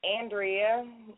Andrea